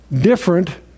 different